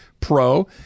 pro